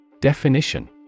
Definition